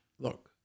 look